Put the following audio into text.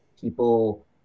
people